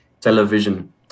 television